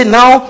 now